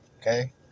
Okay